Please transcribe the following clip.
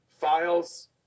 files